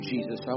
Jesus